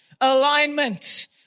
alignment